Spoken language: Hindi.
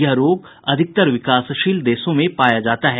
यह रोग ज्यादातर विकासशील देशों में पाया जाता है